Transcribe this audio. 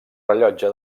rellotge